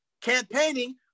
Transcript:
campaigning